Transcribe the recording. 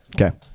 Okay